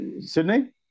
Sydney